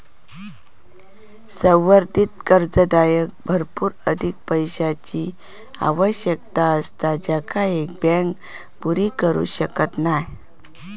संवर्धित कर्जदाराक भरपूर अधिक पैशाची आवश्यकता असता जेंका एक बँक पुरी करू शकत नाय